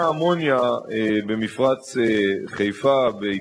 לאחרונה המשרד פרסם קריטריונים ברורים,